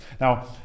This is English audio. now